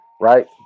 right